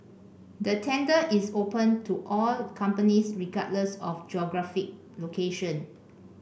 the tender is open to all companies regardless of geographic location